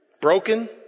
broken